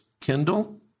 Kindle